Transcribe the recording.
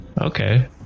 Okay